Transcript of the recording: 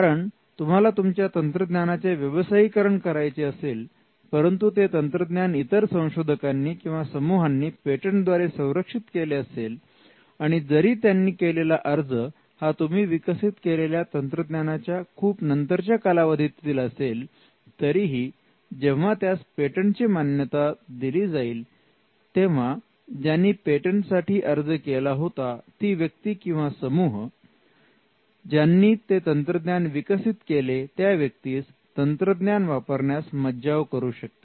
कारण तुम्हाला तुमच्या तंत्रज्ञानाचे व्यवसायीकरण करायचे असेल परंतु ते तंत्रज्ञान इतर संशोधकांनी किंवा समूहांनी पेटंट द्वारे संरक्षित केले असेल आणि जरी त्यांनी केलेला अर्ज हा तुम्ही विकसित केलेल्या तंत्रज्ञानाच्या खूप नंतरच्या कालावधीतील असेल तरीही जेव्हा त्यास पेटंट ची मान्यता दिली जाईल तेव्हा ज्यांनी पेटंटसाठी अर्ज केला होता ती व्यक्ती किंवा समूह ज्यांनी ते तंत्रज्ञान विकसित केले त्या व्यक्तीस तंत्रज्ञान वापरण्यास मज्जाव करू शकते